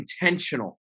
intentional